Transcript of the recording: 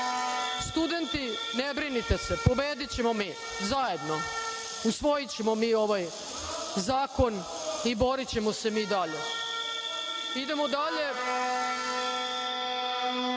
Studenti, ne brinite se, pobedićemo mi zajedno. Usvojićemo mi ovaj zakon i borićemo se mi dalje. Idemo dalje.